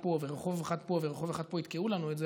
פה ורחוב אחד פה ורחוב אחד פה יתקעו לנו את זה,